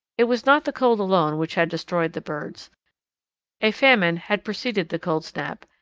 it was not the cold alone which had destroyed the birds a famine had preceded the cold snap,